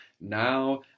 now